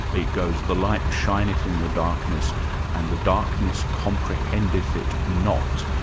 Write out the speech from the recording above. it goes the light shineth in the darkness and the darkness comprehendeth it not.